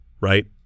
right